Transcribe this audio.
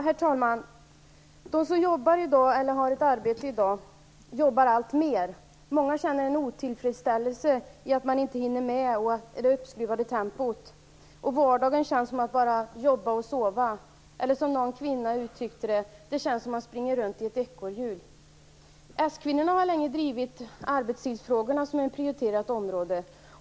Herr talman! De som har ett arbete i dag jobbar alltmer. Många känner en otillfredsställelse över att inte hinna med och över det uppskruvade tempot. Vardagen känns som att bara jobba och sova. Någon kvinna uttryckte det som att det känns som att springa runt i ett ekorrhjul. S-kvinnorna har länge drivit arbetstidsfrågorna som ett prioriterat område.